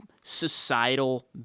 societal